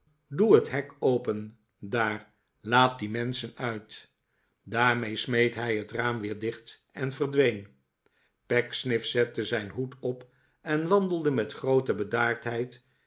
doe het nek open daar laat die menschen uit daarmee smeet hij het raam weer dicht en verdween pecksniff zette zijn hoed op en wandelde met groote bedaardheid